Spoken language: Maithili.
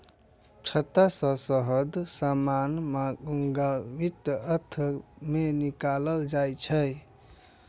छत्ता सं शहद सामान्यतः गर्मीक अंत मे निकालल जाइ छै